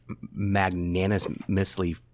magnanimously